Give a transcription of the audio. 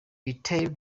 retail